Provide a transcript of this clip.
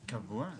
קבוע.